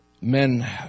men